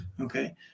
okay